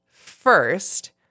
first